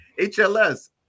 HLS